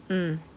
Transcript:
mm